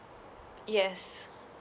yes